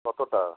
কতোটা